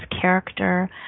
character